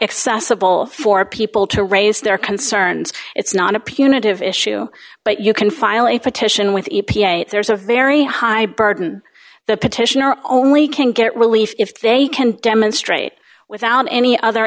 accessible for people to raise their concerns it's not a punitive issue but you can file a petition with u p a there's a very high burden the petitioner only can get relief if they can demonstrate without any other